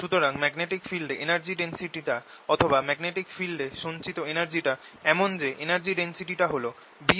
সুতরাং magnetic field এ energy density টা অথবা ম্যাগনেটিক ফিল্ড এ সঞ্চিত এনার্জিটা এমন যে energy density টা হল B22µo